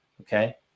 okay